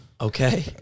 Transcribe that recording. Okay